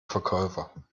verkäufer